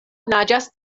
naĝas